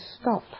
stop